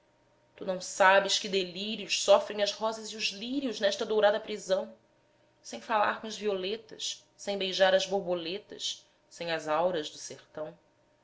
tu não sabes que delírios sofrem as rosas e os lírios nesta dourada prisão sem falar com as violetas sem beijar as borboletas sem as auras do sertão